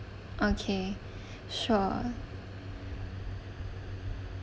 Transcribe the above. okay sure